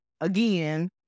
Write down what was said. again